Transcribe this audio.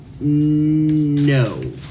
no